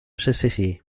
city